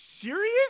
serious